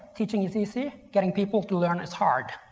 teaching is easy. getting people to learn is hard.